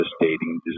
devastating